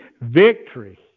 victory